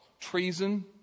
Treason